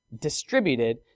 distributed